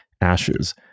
ashes